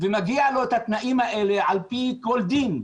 ומגיע לו את התנאים האלה על פי כל דין.